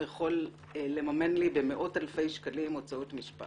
הוא יכול לממן לי במאות אלפי שקלים הוצאות משפט?